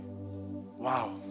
Wow